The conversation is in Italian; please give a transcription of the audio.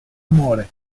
amore